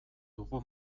dugu